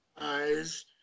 eyes